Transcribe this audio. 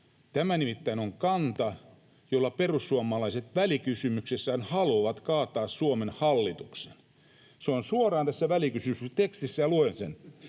Tämä nimittäin on kanta, jolla perussuomalaiset välikysymyksessään haluavat kaataa Suomen hallituksen. Se on suoraan tässä välikysymystekstissä, ja luen sen: